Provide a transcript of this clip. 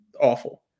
awful